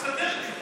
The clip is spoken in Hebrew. זה לא מסתדר לי.